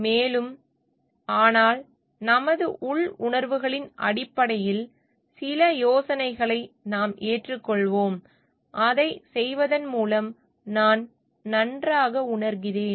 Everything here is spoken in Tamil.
மேலும் ஆனால் நமது உள் உணர்வுகளின் அடிப்படையில் சில யோசனைகளை நாம் ஏற்றுக்கொள்வோம் அதைச் செய்வதன் மூலம் நான் நன்றாக உணர்கிறேன்